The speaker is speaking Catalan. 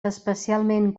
especialment